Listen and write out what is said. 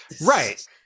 Right